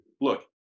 look